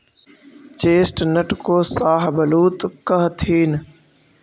chestnut को शाहबलूत कहथीन